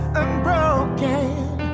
unbroken